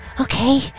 Okay